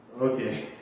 Okay